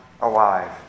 alive